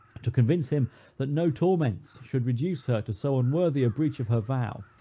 to convince him that no torments should reduce her to so unworthy a breach of her vow,